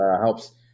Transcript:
helps